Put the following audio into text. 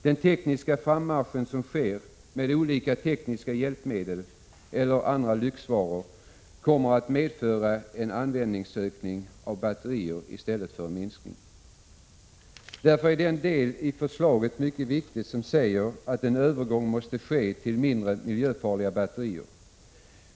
Den tekniska frammarschen som sker, med olika tekniska hjälpmedel eller andra lyxvaror, kommer att medföra en användningsökning vad gäller batterier i stället för en minskning. Därför är den del i förslaget mycket viktig som säger att en övergång måste ske till mindre miljöfarliga batterier.